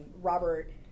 Robert